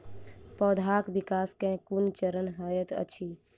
पौधाक विकास केँ केँ कुन चरण हएत अछि?